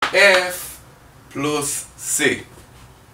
F פלוס C